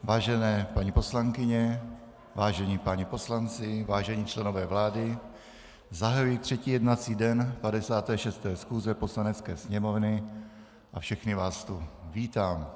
Vážené paní poslankyně, vážení páni poslanci, vážení členové vlády, zahajuji třetí jednací den 56. schůze Poslanecké sněmovny a všechny vás tu vítám.